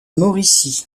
mauricie